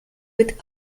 with